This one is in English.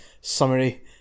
summary